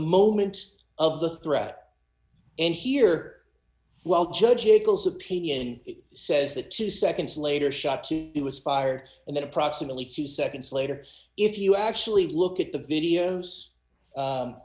moment of the threat and here well judge cable's opinion says that two seconds later shot it was fired and then approximately two seconds later if you actually look at the videos